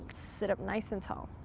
sit up nice and tall.